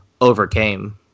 overcame